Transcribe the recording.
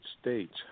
States